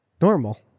normal